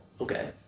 Okay